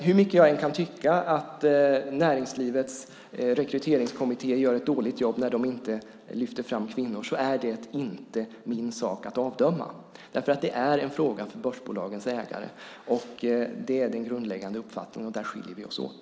Hur mycket jag än kan tycka att näringslivets rekryteringskommittéer gör ett dåligt jobb när de inte lyfter fram kvinnor är detta inte min sak att avdöma. Det är en fråga för börsbolagens ägare. Det är den grundläggande uppfattningen, och där skiljer vi oss åt.